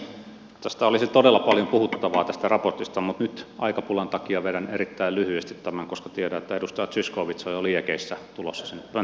tästä raportista olisi todella paljon puhuttavaa mutta nyt aikapulan takia vedän erittäin lyhyesti tämän koska tiedän että edustaja zyskowicz on jo liekeissä tulossa sinne pönttöön puhumaan